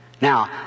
Now